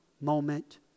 moment